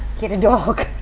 get a dog!